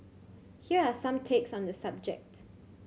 here are some takes on the subject